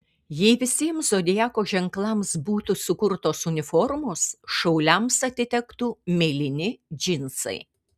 jei visiems zodiako ženklams būtų sukurtos uniformos šauliams atitektų mėlyni džinsai